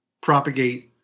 propagate